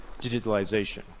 digitalization